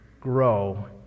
grow